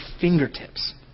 fingertips